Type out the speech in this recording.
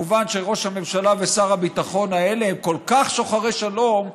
מובן שראש הממשלה ושר הביטחון האלה הם כל כך שוחרי שלום,